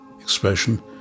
expression